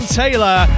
taylor